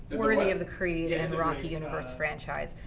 worthy of the creed and the rocky universe franchise.